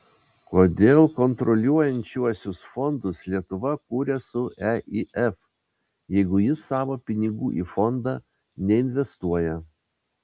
kodėl kontroliuojančiuosius fondus lietuva kuria su eif jeigu jis savo pinigų į fondą neinvestuoja